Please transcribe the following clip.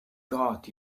god